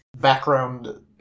background